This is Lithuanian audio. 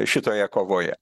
šitoje kovoje